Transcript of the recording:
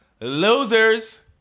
Losers